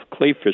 Clayfish